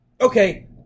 Okay